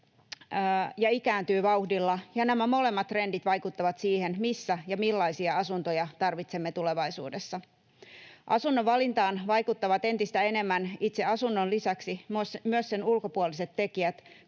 ja ikääntyy vauhdilla, ja nämä molemmat trendit vaikuttavat siihen, missä ja millaisia asuntoja tarvitsemme tulevaisuudessa. Asunnon valintaan vaikuttavat entistä enemmän itse asunnon lisäksi myös sen ulkopuoliset tekijät,